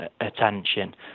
attention